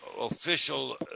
official